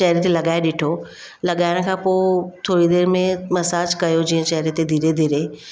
चहिरे ते लॻाए ॾिठो लॻाइण खां पोइ थोरी देरि में मसाज कयो जीअं चहिरे ते धीरे धीरे